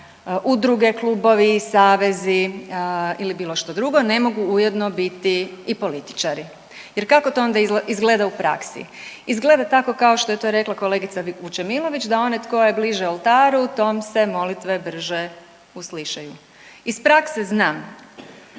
udruge, klubovi, savezi ili bilo što drugo, ne mogu ujedno biti i političari. Jer kako to onda izgleda u praksi? Izgleda tako kao što je to rekla kolegica Vučemilović da onaj tko je bliže oltaru tom se molitve brže uslišaju. Iz prakse znam,